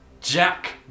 Jack